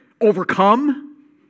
overcome